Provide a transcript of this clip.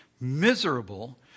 miserable